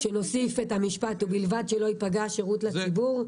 שנוסיף את המשפט "ובלבד שלא ייפגע שירות לציבור".